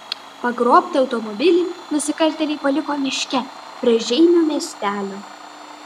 pagrobtą automobilį nusikaltėliai paliko miške prie žeimių miestelio